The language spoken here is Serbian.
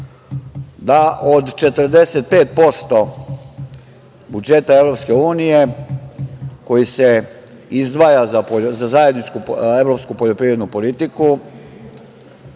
da od 45% budžeta EU koji se izdvaja za zajedničku evropsku poljoprivrednu politiku